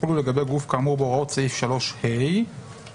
כתוב: לגבי גוף כאמור בהוראות סעיף 3ה וכולי.